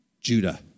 Judah